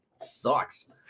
sucks